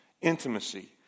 intimacy